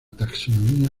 taxonomía